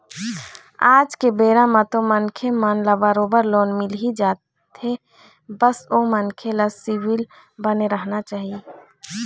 आज के बेरा म तो मनखे मन ल बरोबर लोन मिलही जाथे बस ओ मनखे के सिविल बने रहना चाही